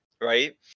right